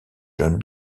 john